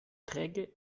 träge